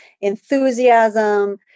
enthusiasm